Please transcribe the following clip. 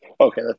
Okay